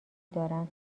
دارن